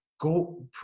go